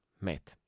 met